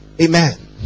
Amen